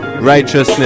Righteousness